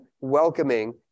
welcoming